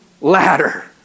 ladder